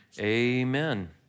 Amen